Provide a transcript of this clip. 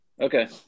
Okay